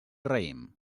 raïm